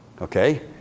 Okay